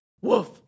Woof